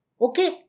Okay